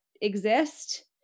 exist